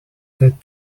get